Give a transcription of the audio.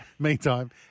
Meantime